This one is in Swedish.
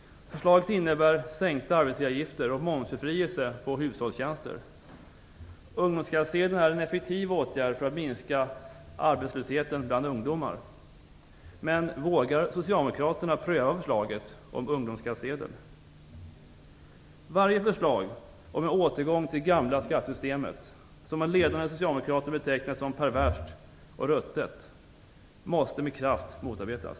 Förslaget innebär sänkta arbetsgivaravgifter och momsbefrielse på hushållstjänster. Ungdomsskattsedeln är en effektiv åtgärd för att minska arbetslösheten bland ungdomar. Varje förslag om en återgång till det gamla skattesystemet, som av ledande socialdemokrater betecknades som perverst och ruttet, måste med kraft motarbetas.